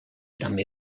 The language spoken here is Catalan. també